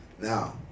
Now